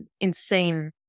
insane